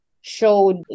showed